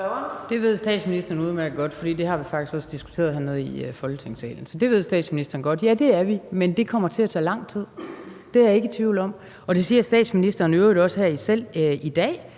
Det ved statsministeren udmærket godt, for det har vi faktisk også diskuteret her i Folketingssalen. Så det ved statsministeren godt. Ja, det er vi, men det kommer til at tage lang tid. Det er jeg ikke i tvivl om. Det siger statsministeren i